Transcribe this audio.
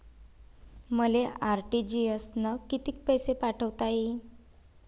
मले आर.टी.जी.एस न कितीक पैसे पाठवता येईन?